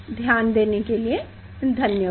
ध्यान देने के लिए धन्यवाद